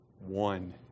one